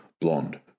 Blonde